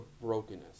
brokenness